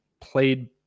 played